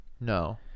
No